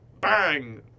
bang